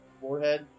forehead